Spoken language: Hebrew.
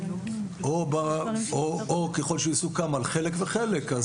או ככל שיסוכם על חלק וחלק.